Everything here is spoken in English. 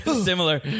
Similar